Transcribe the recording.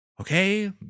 okay